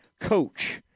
coach